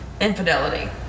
infidelity